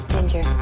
Ginger